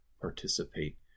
participate